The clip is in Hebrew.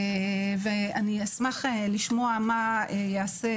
ואני אשמח לשמוע מה ייעשה